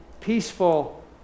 peaceful